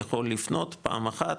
יכול לפנות פעם אחת